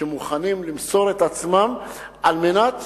שמוכנים למסור את עצמם על מנת